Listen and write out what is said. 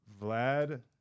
Vlad